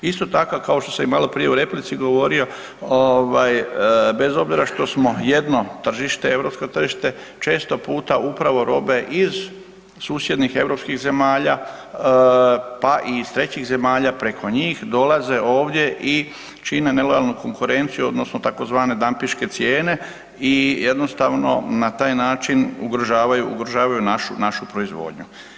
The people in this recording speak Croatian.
Isto tako, kao što sam i maloprije u replici govorio, bez obzira što smo jedno tržište, europsko tržište, često puta upravo robe iz susjednih europskih zemalja, pa i iz Trećih zemalja, preko njih dolaze ovdje i čine nelojalno konkurenciju odnosno tzv. dampinške cijene i jednostavno na taj način ugrožavaju našu proizvodnju.